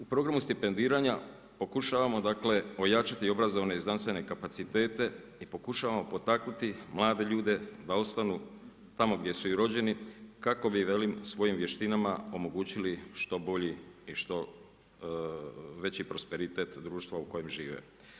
U programu stipendiranja pokušavamo ojačati obrazovane i znanstvene kapacitete i pokušavamo potaknuti mlade ljude da ostanu tamo gdje su i rođeni, kako bi, velim, svojim vještinama omogućili što bolji i što veći prosperitet društva u kojem žive.